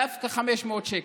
דווקא 500 שקל.